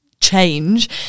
change